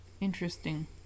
Interesting